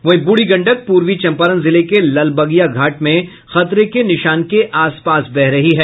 वहीं ब्रढ़ी गंडक प्रर्वी चंपारण जिले के लालबगिया घाट में खतरे के निशान के आसपास बह रही है